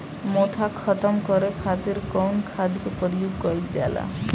मोथा खत्म करे खातीर कउन खाद के प्रयोग कइल जाला?